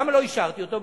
למה לא אישרתי אותו?